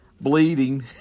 bleeding